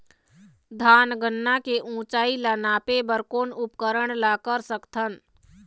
धान गन्ना के ऊंचाई ला नापे बर कोन उपकरण ला कर सकथन?